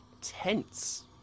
tense